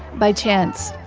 by chance,